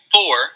Four